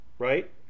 Right